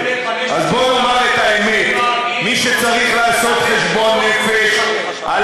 אז בואו נאמר את האמת: מי שצריך לעשות חשבון נפש על